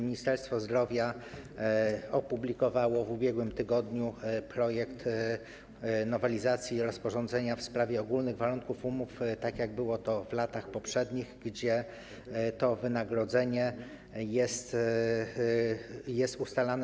Ministerstwo Zdrowia opublikowało w ubiegłym tygodniu projekt nowelizacji rozporządzenia w sprawie ogólnych warunków umów, tak jak było w latach poprzednich, gdzie to wynagrodzenie jest ustalane.